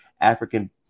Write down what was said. African